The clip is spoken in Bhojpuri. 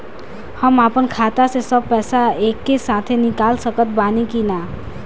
हम आपन खाता से सब पैसा एके साथे निकाल सकत बानी की ना?